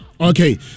Okay